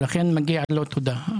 לכן מגיעה לו תודה.